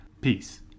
Peace